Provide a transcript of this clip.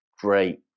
great